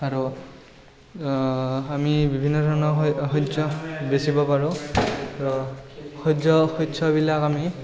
আৰু আমি বিভিন্ন ধৰণৰ শস্য বেছিব পাৰোঁ আৰু সহ্য শস্যবিলাক আমি